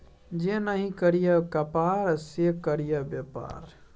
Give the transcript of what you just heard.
जे नहि करय कपाड़ से करय बेपार